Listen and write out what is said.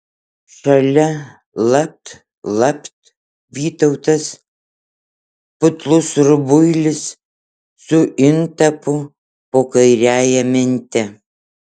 šalia lapt lapt vytautas putlus rubuilis su intapu po kairiąja mente